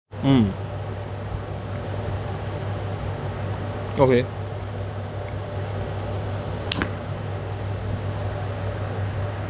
mm okay